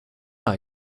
are